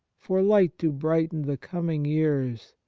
for light to brighten the coming years,